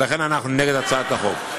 ולכן אנחנו נגד הצעת החוק.